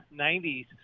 90s